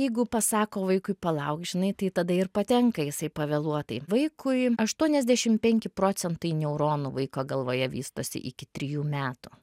jeigu pasako vaikui palauk žinai tai tada ir patenka jisai pavėluotai vaikui aštuoniasdešim penki procentai neuronų vaiko galvoje vystosi iki trijų metų